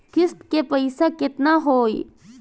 किस्त के पईसा केतना होई?